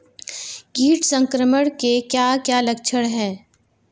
कीट संक्रमण के क्या क्या लक्षण हैं?